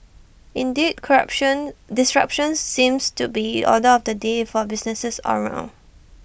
indeed corruption disruption seems to be order of the day for businesses all round